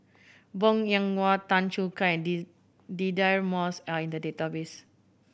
Bong Hiong Hwa Tan Choo Kai and D Deirdre Moss are in the database